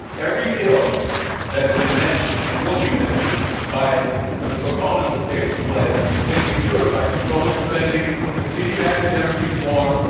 every ill that has been mentioned and will be mentioned by the proponents of pay for play can be cured by controlling spending, continued academic reform,